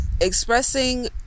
Expressing